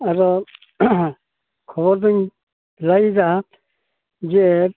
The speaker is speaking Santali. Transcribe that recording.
ᱟᱫᱚ ᱠᱷᱚᱵᱚᱨ ᱫᱩᱧ ᱞᱟᱹᱭᱮᱫᱟ ᱡᱮ